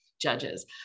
judges